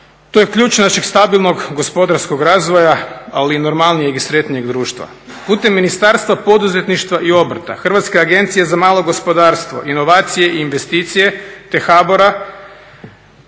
To je ključ našeg stabilnog gospodarskog razvoja, ali i normalnijeg i sretnijeg društva. Putem Ministarstva poduzetništva i obrta, Hrvatske agencije za malo gospodarstvo, inovacije i investicije te HBOR-a